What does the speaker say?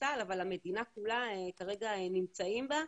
צה"ל אבל המדינה כולה כרגע נמצאים בה,